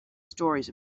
stories